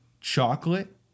Chocolate